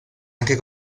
anche